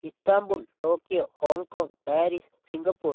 Istanbul Tokyo Hong Kong Paris Singapore